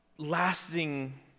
Lasting